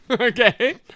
Okay